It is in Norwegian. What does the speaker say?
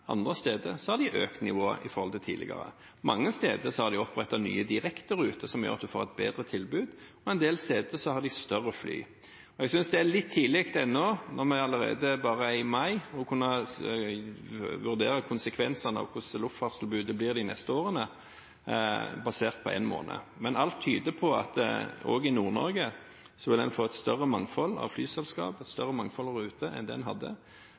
andre steder har de økt nivået i forhold til tidligere. Mange steder har de opprettet nye direkteruter, som gjør at en får et bedre tilbud, og en del steder har de større fly. Jeg synes det er litt tidlig ennå, når vi bare er i mai, å kunne vurdere konsekvensene av hvordan luftfartstilbudet blir de neste årene, basert på én måned. Men alt tyder på at også i Nord-Norge vil en få et større mangfold av flyselskaper og et større mangfold av ruter enn det en hadde.